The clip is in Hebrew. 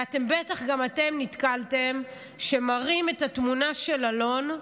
ובטח גם אתם נתקלתם בזה שמראים את התמונה של אלון,